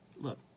look